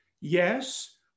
Yes